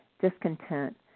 discontent